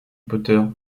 potter